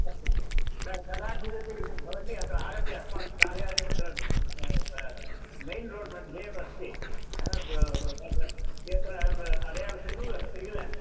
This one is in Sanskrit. सत्यं कदाचिदपि भवति अत्र आगत्य अस्माकं कार्यालयमत्र म् म् मैन् रोड् मध्ये एव अस्ति यत्र अडयार् सिग्नल् अस्ति किल